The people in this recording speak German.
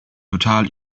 total